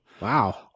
Wow